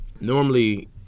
normally